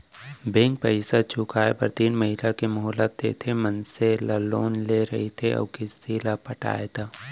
bank पइसा चुकाए बर तीन महिना के मोहलत देथे मनसे ला लोन ले रहिथे अउ किस्ती ल पटाय ता